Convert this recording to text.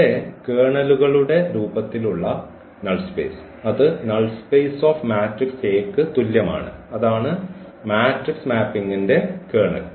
ഇവിടെ കേർണലുകളുടെ രൂപത്തിലുള്ള നൾ സ്പേസ് അത് null space of matrix A ക്ക് തുല്യമാണ് അതാണ് മാട്രിക്സ് മാപ്പിംഗിന്റെ കേർണൽ